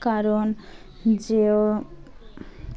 কারণ যে ও